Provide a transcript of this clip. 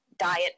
diet